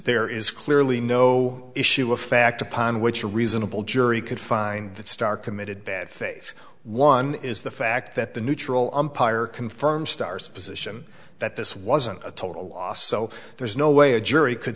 there is clearly no issue of fact upon which a reasonable jury could find that starr committed bad faith one is the fact that the neutral umpire confirms starr's position that this wasn't a total loss so there's no way a jury could